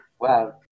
Wow